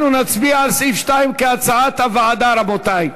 אנחנו נצביע על סעיף 2 כהצעת הוועדה, רבותי.